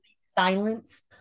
silence